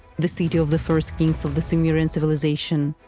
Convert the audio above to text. the city of the first kings of the sumerian civilization,